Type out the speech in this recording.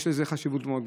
יש לו חשיבות מאוד גדולה.